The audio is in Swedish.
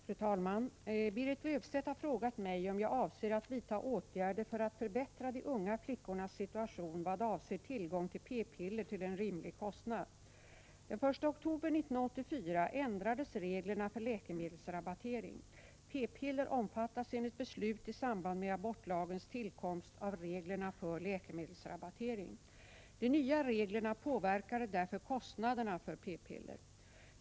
Fru talman! Berit Löfstedt har frågat mig om jag avser att vidta åtgärder för att förbättra de unga flickornas situation i vad avser tillgång till p-piller till en rimlig kostnad. Den 1 oktober 1984 ändrades reglerna för läkemedelsrabattering. P-piller omfattas enligt beslut i samband med abortlagens tillkomst av reglerna för läkemedelsrabattering. De nya reglerna påverkade därför kostnaderna för p-piller.